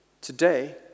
Today